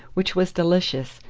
which was delicious,